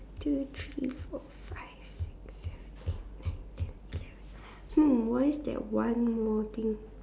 two three four five six seven eight nine ten eleven hmm where is that one more thing